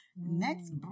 Next